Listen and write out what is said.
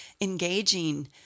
engaging